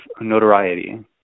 notoriety